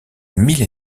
mille